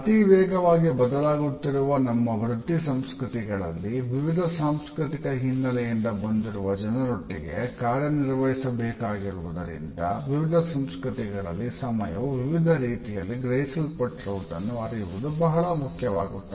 ಅತಿ ವೇಗವಾಗಿ ಬದಲಾಗುತ್ತಿರುವ ನಮ್ಮ ವೃತ್ತಿ ಸಂಸ್ಕೃತಿಗಳಲ್ಲಿ ವಿವಿಧ ಸಾಂಸ್ಕೃತಿಕ ಹಿನ್ನೆಲೆಯಿಂದ ಬಂದಿರುವ ಜನರೊಟ್ಟಿಗೆ ಕಾರ್ಯ ನಿರ್ವಹಿಸಬೇಕಾಗಿರುವುದರಿಂದ ವಿವಿಧ ಸಂಸ್ಕೃತಿಗಳಲ್ಲಿ ಸಮಯವು ವಿವಿಧ ರೀತಿಯಲ್ಲಿ ಗ್ರಹಿಸಲ್ಪಟ್ಟಿರುವುದನ್ನು ಅರಿಯುವುದು ಬಹಳ ಮುಖ್ಯವಾಗುತ್ತದೆ